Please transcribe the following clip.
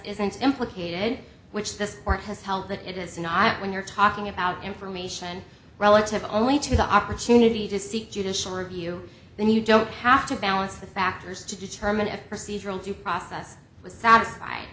isn't implicated which this court has held that it is not when you're talking about information relative only to the opportunity to seek judicial review and you don't have to balance the factors to determine if procedural due process was satisfied